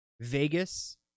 Vegas